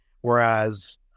Whereas